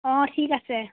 অঁ ঠিক আছে